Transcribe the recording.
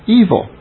evil